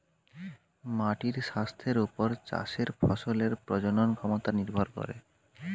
মাটির স্বাস্থ্যের ওপর চাষের ফসলের প্রজনন ক্ষমতা নির্ভর করে